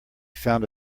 found